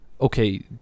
Okay